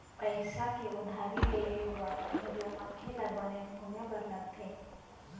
पइसा के उधारी ले बर घलोक मनखे ल बनेच घुमे बर लगथे